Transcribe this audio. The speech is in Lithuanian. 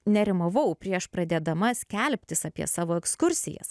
nerimavau prieš pradėdama skelbtis apie savo ekskursijas